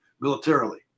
militarily